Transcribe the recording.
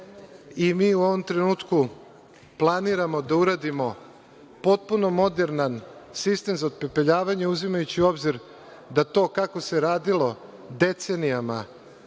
i mi u ovom trenutku planiramo da uradimo potpuno moderan sistem za otpepeljavanje, uzimajući u obzir da to kako se radilo decenijama